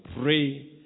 pray